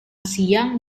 siang